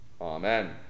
Amen